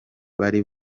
bari